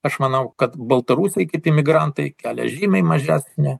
aš manau kad baltarusiai kaip imigrantai kelia žymiai mažesnį